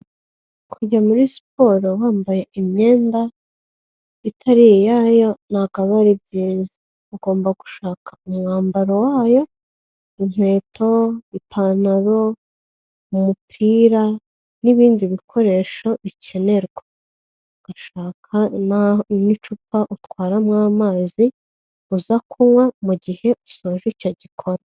Kujya muri siporo wambaye imyenda itari iyayo ntago aba ari byiza. Ugomba gushaka umwambaro wayo inkweto, ipantaro, umupira n'ibindi bikoresho bikenerwa. Ugashaka n'icupa utwaramo amazi uza kunywa mu gihe usoje icyo gikorwa.